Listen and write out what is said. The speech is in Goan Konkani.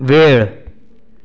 वेळ